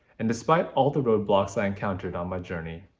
and despite all the roadblocks i encountered on my journey,